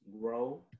grow